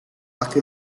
laki